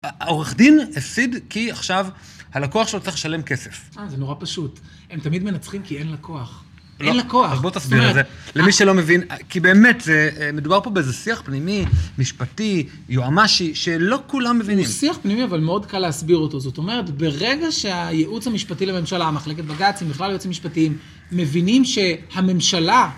העורך דין הפסיד כי עכשיו הלקוח שלו צריך לשלם כסף. זה נורא פשוט. הם תמיד מנצחים כי אין לקוח. אין לקוח. אז בוא תסביר את זה. למי שלא מבין, כי באמת מדובר פה באיזה שיח פנימי, משפטי, יואמשי, שלא כולם מבינים. זה שיח פנימי אבל מאוד קל להסביר אותו. זאת אומרת, ברגע שהייעוץ המשפטי לממשלה, המחלקת בגצים, בכלל היועצים משפטיים, מבינים שהממשלה...